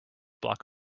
block